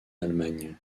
d’allemagne